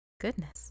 goodness